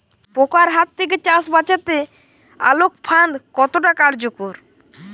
পোকার হাত থেকে চাষ বাচাতে আলোক ফাঁদ কতটা কার্যকর?